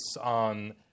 on